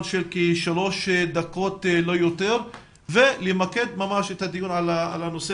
של כשלוש דקות ולא יותר ולמקד ממש את הדיון בנושא